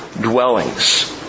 dwellings